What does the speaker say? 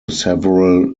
several